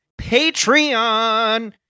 Patreon